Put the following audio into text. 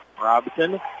Robinson